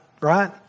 right